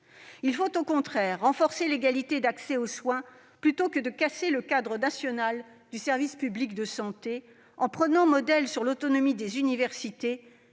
Il faut au contraire renforcer l'égalité d'accès aux soins, plutôt que de casser le cadre national du service public de santé en prenant modèle sur l'autonomie des universités,